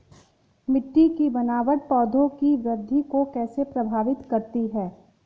मिट्टी की बनावट पौधों की वृद्धि को कैसे प्रभावित करती है?